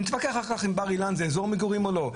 נתווכח אחר כך אם בר אילן זה אזור מגורים או לא,